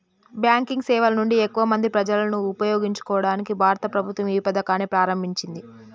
Banking సేవల నుండి ఎక్కువ మంది ప్రజలను ఉపయోగించుకోవడానికి భారత ప్రభుత్వం ఏ పథకాన్ని ప్రారంభించింది?